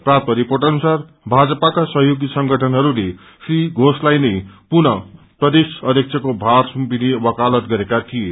प्राप्त रिपोट अनुसार भाजपाका सहयोगी संगठनहस्ले श्री घेषलाई नै पुनः प्रदेश अध्यक्षको ीार सुम्पिने वकालत गरेका थिए